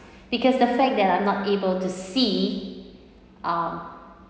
because the fact that I'm not able to see um